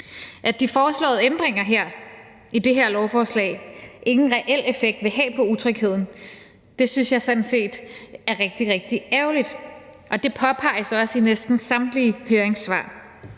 At de foreslåede ændringer i det her lovforslag ingen reel effekt vil have på utrygheden, synes jeg sådan set er rigtig, rigtig ærgerligt. Det påpeges også i næsten samtlige høringssvar.